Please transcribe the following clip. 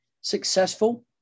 successful